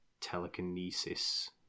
telekinesis